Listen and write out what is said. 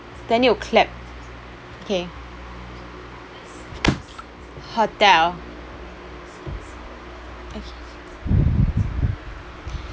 then you clap okay hotel okay